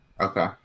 Okay